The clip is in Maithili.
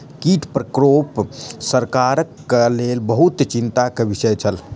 कीट प्रकोप सरकारक लेल बहुत चिंता के विषय छल